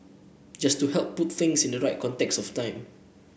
just to help put things in the right context of time